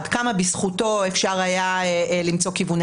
עד כמה בזכותו אפשר היה למצוא כיווני